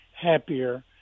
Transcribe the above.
happier